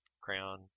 crayon